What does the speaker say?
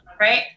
Right